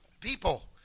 People